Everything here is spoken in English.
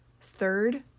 third